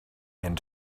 and